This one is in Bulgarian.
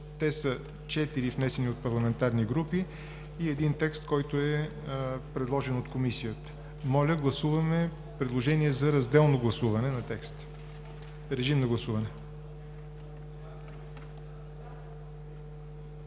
са внесени от парламентарни групи и един текст, който е предложен от Комисията. Моля, гласуваме предложение за разделно гласуване на текста. Гласували